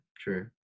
true